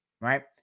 right